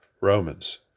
Romans